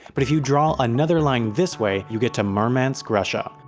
but if you draw another line this way you get to murmansk, russia.